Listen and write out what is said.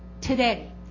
today